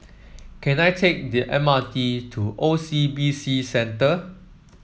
can I take the M R T to O C B C Centre